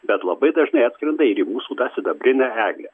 bet labai dažnai atskrenda ir į mūsų tą sidabrinę eglę